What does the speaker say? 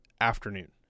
afternoon